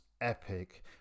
epic